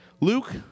Luke